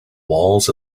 walls